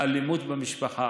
אלימות במשפחה.